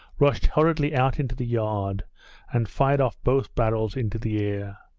rushed hurriedly out into the yard and fired off both barrels into the air.